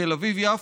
תל אביב-יפו,